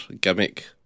gimmick